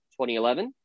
2011